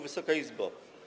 Wysoka Izbo!